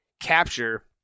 capture